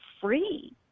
free